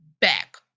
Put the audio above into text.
back